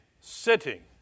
sitting